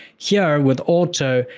here with auto,